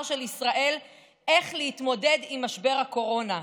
של ישראל איך להתמודד עם משבר הקורונה,